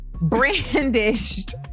brandished